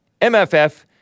MFF